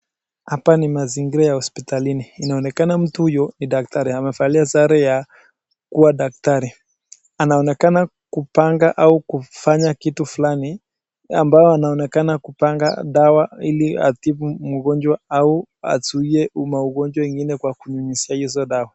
Hapa ni mazingira ya hospitalini inaonekana mtu huyu ni daktari amevalia sare ya kuwa daktari anoenekana kupanga au kufanya kitu fulani ambao anaonekana kupanga dawa ili atibu mgonjwa au azuie magonjwa mengine kwa kunyunyuzia hizo dawa.